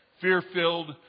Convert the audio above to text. fear-filled